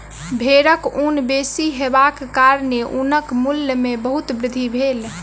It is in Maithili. भेड़क ऊन बेसी हेबाक कारणेँ ऊनक मूल्य में बहुत वृद्धि भेल